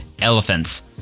elephants